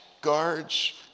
guards